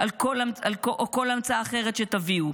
או כל המצאה אחרת שתביאו.